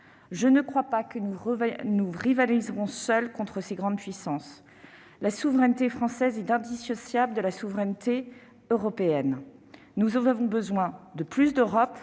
je ne crois pas que nous rivaliserons seuls contre ces grandes puissances. La souveraineté française est indissociable de la souveraineté européenne. Nous avons besoin de plus d'Europe,